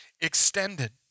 extended